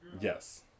Yes